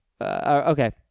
Okay